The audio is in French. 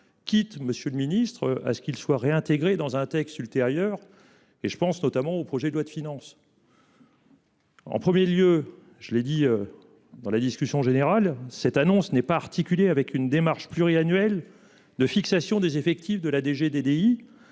Quitte, Monsieur le Ministre, à ce qu'ils soient réintégrés dans un texte ultérieur et je pense notamment au projet de loi de finances. En 1er lieu, je l'ai dit. Dans la discussion générale. Cette annonce n'est pas articulé avec une démarche pluriannuelle de fixation des effectifs de la DG DDI.